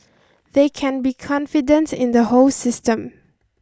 they can be confident in the whole system